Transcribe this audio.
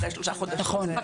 שישה חודשים.